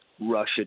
Russia